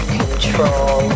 control